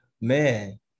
Man